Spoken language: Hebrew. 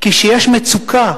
כשיש מצוקה,